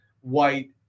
White